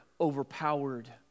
overpowered